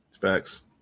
Facts